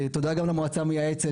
תודה גם למועצה המייעצת,